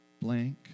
blank